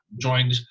joined